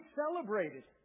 celebrated